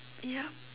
yup